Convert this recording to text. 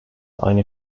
aynı